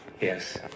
yes